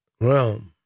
realm